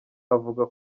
avuga